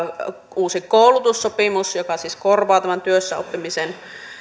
uusi koulutussopimus joka siis korvaa tämän työssäoppimisen